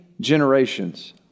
generations